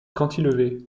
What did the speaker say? cantilever